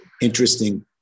interesting